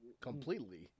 Completely